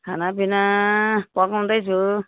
खानापिना पकाउँदैछु